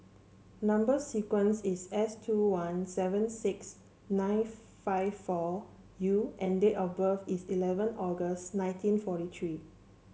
number sequence is S two one seven six nine five four U and date of birth is eleven August nineteen forty three